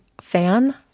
fan